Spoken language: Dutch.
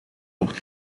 wordt